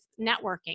networking